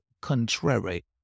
contrary